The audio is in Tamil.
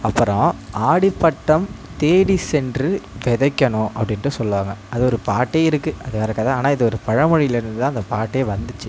அப்புறம் ஆடி பட்டம் தேடி சென்று விதைக்கணும் அப்படின்ட்டு சொல்வாங்க அது ஒரு பாட்டு இருக்கு அது வேற கதை ஆனால் இது பழ மொழியிலேருந்துதான் அந்த பாட்டே வந்துச்சு